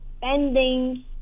spending